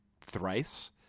thrice